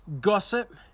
gossip